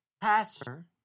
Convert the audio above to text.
PASSER